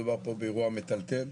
מדובר פה באירוע מטלטל,